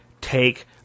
Take